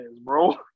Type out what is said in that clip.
bro